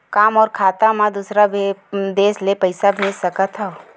का मोर खाता म दूसरा देश ले पईसा भेज सकथव?